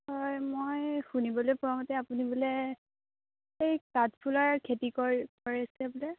হয় মই শুনিবলৈ পোৱা মতে আপুনি বোলে এই কাঠফুলাৰ খেতি কৰে কৰিছে বোলে